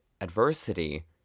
adversity